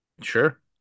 Sure